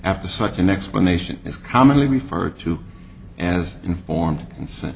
after such an explanation is commonly referred to as informed consent